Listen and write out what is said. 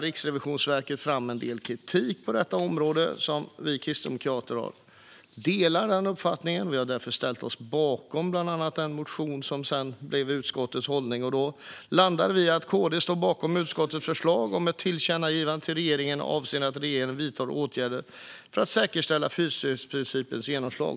Riksrevisionen för fram en del kritik, och vi kristdemokrater instämmer i denna. Vi har därför ställt oss bakom den motion som sedan blev utskottets hållning. KD står alltså bakom utskottets förslag om ett tillkännagivande till regeringen avseende att regeringen vidtar åtgärder för att säkerställa fyrstegsprincipens genomslag.